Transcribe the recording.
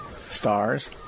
stars